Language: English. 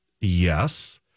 Yes